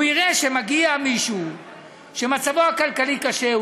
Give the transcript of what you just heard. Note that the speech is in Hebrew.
הוא יראה שמגיע מישהו שמצבו הכלכלי קשה,